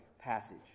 passage